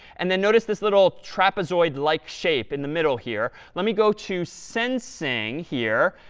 and then notice this little trapezoid-like shape in the middle here. let me go to sensing here.